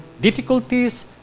difficulties